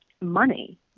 money